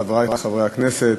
חברי חברי הכנסת,